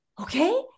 okay